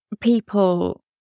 people